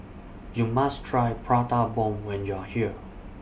YOU must Try Prata Bomb when YOU Are here